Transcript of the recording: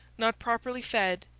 not properly fed,